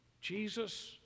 Jesus